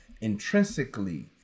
intrinsically